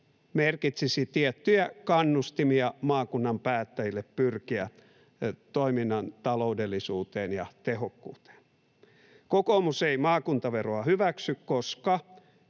merkitsisi tiettyjä kannustimia maakunnan päättäjille pyrkiä toiminnan taloudellisuuteen ja tehokkuuteen. Kokoomus ei maakuntaveroa hyväksy, jo